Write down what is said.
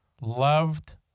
Loved